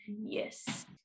yes